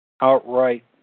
outright